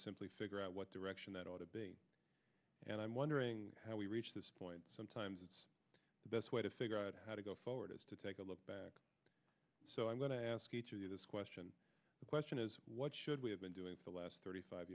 simply figure out what direction that ought to be and i'm wondering how we reach this point sometimes it's the best way to figure out how to go forward is to take a look back so i'm going to ask each of you this question the question is what should we have been doing for the last thirty five